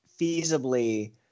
feasibly